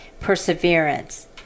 perseverance